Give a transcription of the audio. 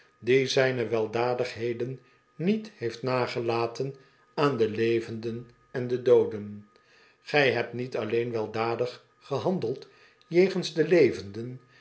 die zyne weldadigheden niet heeft nagelaten aan de levenden en de dooden gij hebt niet alleen weldadig gehandeld jegens de levenden